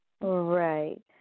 Right